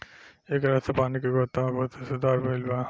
ऐकरा से पानी के गुणवत्ता में बहुते सुधार भईल बा